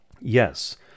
Yes